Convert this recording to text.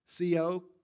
CO